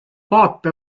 vaata